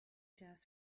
jazz